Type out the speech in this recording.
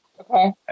Okay